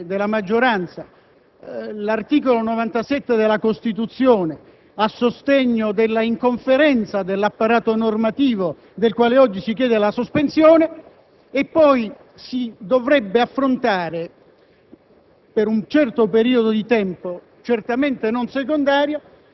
trovo singolare che si possa evocare, da parte della maggioranza, l'articolo 97 della Costituzione a sostegno dell'inconferenza dell'apparato normativo di cui oggi si chiede la sospensione, considerando che poi si dovrebbe affrontare,